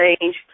change